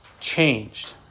Changed